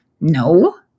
No